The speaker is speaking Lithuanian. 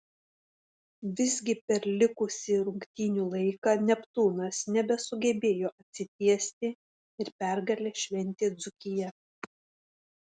visgi per likusį rungtynių laiką neptūnas nebesugebėjo atsitiesti ir pergalę šventė dzūkija